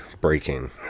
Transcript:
breaking